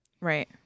right